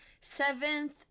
seventh